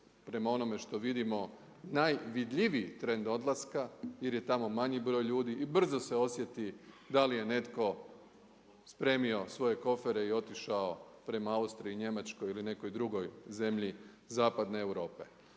prema onome što vidimo, najvidljiviji trend odlaska jer je tamo mali broj ljudi i brzo se osjeti da li je netko spremio svoje kofere i otišao prema Austriji, Njemačkoj ili nekoj drugoj zemlji Zapadne Europe.